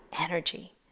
energy